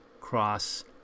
cross